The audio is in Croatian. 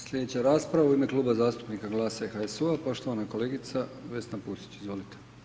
Slijedeća rasprava u ime kluba zastupnika GLAS-a i HSU-a, poštovana kolegica Vesna Pusić, izvolite.